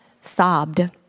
sobbed